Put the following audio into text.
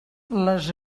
les